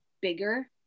bigger